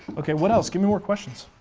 okay, what else, give me more questions.